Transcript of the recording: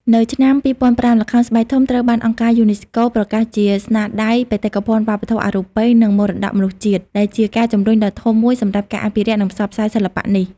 នៅឆ្នាំ ២០០៥ ល្ខោនស្បែកធំត្រូវបានអង្គការយូណេស្កូប្រកាសជា ស្នាដៃបេតិកភណ្ឌវប្បធម៌អរូបី និងមរតកមនុស្សជាតិ ដែលជាការជំរុញដ៏ធំមួយសម្រាប់ការអភិរក្ស និងផ្សព្វផ្សាយសិល្បៈនេះ ។